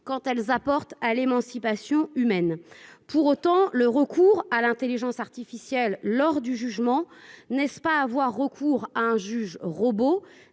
quand elles apportent à l'émancipation humaine pour autant, le recours à l'Intelligence artificielle lors du jugement n'est-ce pas avoir recours à un juge robot